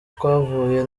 twavuye